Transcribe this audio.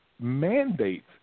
mandates